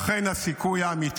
ולכן הסיכוי האמיתי